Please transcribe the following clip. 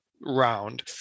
round